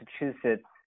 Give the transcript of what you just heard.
Massachusetts